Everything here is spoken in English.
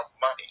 money